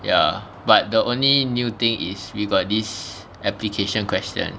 ya but the only new thing is we got this application question